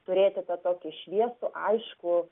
turėti tą tokį šviesų aiškų